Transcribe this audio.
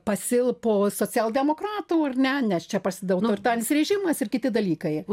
pasilpo socialdemokratų ar ne nes čia prasideda autoritarinis režimas ir kiti dalykai